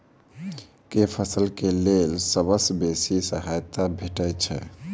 केँ फसल केँ लेल सबसँ बेसी सहायता भेटय छै?